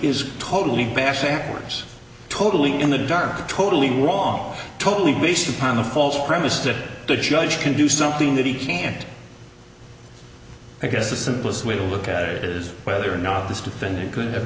is totally passive actors are totally in the dark totally wrong totally based upon a false premise that the judge can do something that he can't i guess the simplest way to look at it is whether or not this defendant